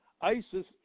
ISIS